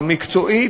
המקצועית,